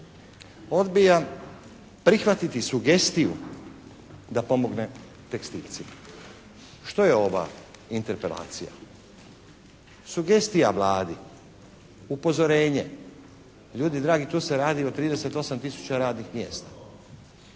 Odbija prihvatiti sugestiju da pomogne tekstilcima. Što je ova Interpelacija? Sugestija Vladi, upozorenje. Ljudi dragi, tu se radi o 38 tisuća radnih mjesta.